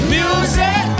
Music